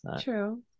True